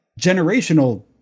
generational